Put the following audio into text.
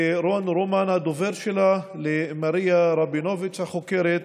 לרון רומן, הדובר שלה, למריה רבינוביץ', החוקרת,